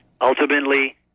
Ultimately